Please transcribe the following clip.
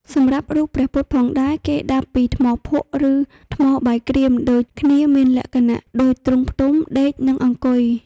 សម្រាប់រូបព្រះពុទ្ធផងដែរគេដាប់ពីថ្មភក់ឬថ្មបាយក្រៀមដូចគ្នាមានលក្ខណ:ដូចទ្រង់ផ្ទុំ ដេក និងអង្គុយ។